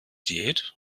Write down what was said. diät